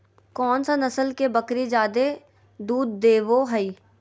कौन सा नस्ल के बकरी जादे दूध देबो हइ?